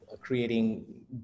creating